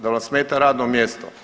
Da li vam smeta radno mjesto?